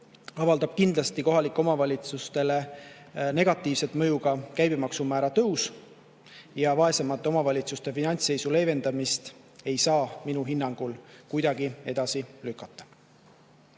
avaldab kohalikele omavalitsustele negatiivset mõju kindlasti ka käibemaksumäära tõus ja vaesemate omavalitsuste finantsseisu leevendamist ei saa minu hinnangul kuidagi edasi lükata.